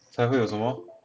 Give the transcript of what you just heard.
才会有什么